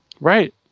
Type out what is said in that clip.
Right